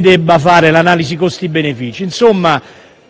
di fare l'analisi costi-benefici. Insomma,